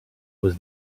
was